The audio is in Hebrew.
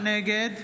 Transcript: נגד